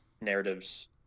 narratives